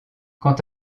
quant